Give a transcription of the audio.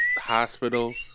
hospitals